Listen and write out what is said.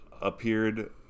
appeared